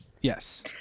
Yes